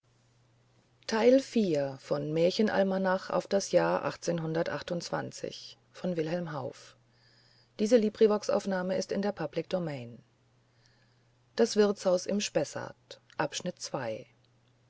auf das wirtshaus im spessart